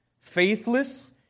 faithless